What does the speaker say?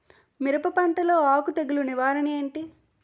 మిరప పంటలో ఆకు తెగులు నివారణ ఏంటి?